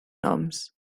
noms